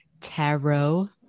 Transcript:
tarot